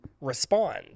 respond